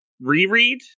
reread